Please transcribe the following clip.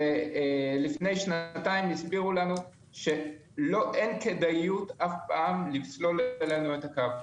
לפני שנתיים הסבירו לנו שאין כדאיות אף פעם לסלול לנו את הקו.